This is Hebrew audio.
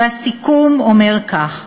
והסיכום אומר כך: